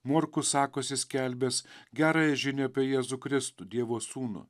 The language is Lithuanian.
morkus sakosi skelbiąs gerąją žinią apie jėzų kristų dievo sūnų